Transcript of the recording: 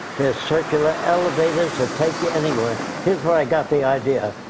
there's circular elevators that take you anywhere. here's where i got the idea.